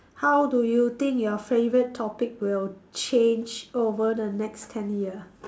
how do you think your favorite topic will change over the next ten year